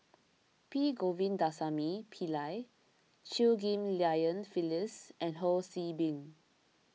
P Govindasamy Pillai Chew Ghim Lian Phyllis and Ho See Beng